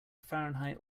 fahrenheit